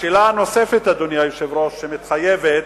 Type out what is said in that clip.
השאלה הנוספת, אדוני היושב-ראש, שמתחייבת,